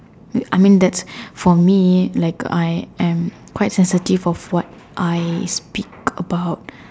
I mean that's for me like I am quite sensitive of what I speak about